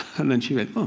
and then she went,